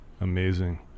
amazing